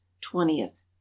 twentieth